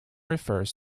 refers